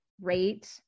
rate